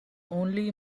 only